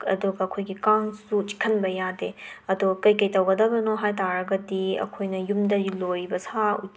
ꯑꯗꯨꯒ ꯑꯈꯣꯏꯒꯤ ꯀꯥꯡꯁꯨ ꯆꯤꯛꯍꯟꯕ ꯌꯥꯗꯦ ꯑꯗꯣ ꯀꯩ ꯀꯩ ꯇꯧꯒꯗꯕꯅꯣ ꯍꯥꯏ ꯇꯥꯔꯒꯗꯤ ꯑꯈꯣꯏꯅ ꯌꯨꯝꯗ ꯂꯣꯏꯔꯤꯕ ꯁꯥ ꯎ